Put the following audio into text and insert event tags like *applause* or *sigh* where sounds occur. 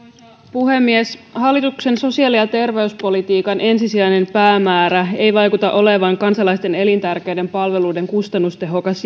puhemies hallituksen sosiaali ja terveyspolitiikan ensisijainen päämäärä ei vaikuta olevan kansalaisten elintärkeiden palveluiden kustannustehokas *unintelligible*